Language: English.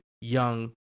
young